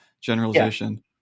generalization